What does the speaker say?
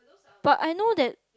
but I know that